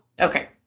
Okay